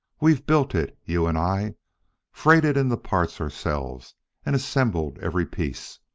we've built it, you and i freighted in the parts ourselves and assembled every piece.